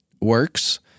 works